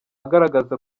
agaragaza